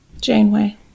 Janeway